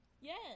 Yes